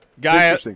Guy